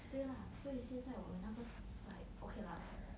对 lah 所以现在我有那个 like okay lah